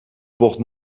bocht